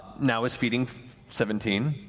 now it's feeding seventeen,